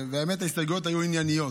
והאמת שההסתייגויות היו ענייניות,